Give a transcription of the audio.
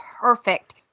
perfect